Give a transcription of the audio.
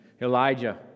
Elijah